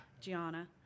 Gianna